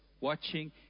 watching